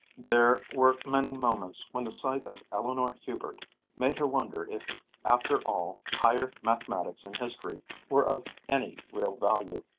there were many moments when the sight of eleanor hubert made her wonder if after all higher mathematics and history were of any real value.